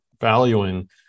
valuing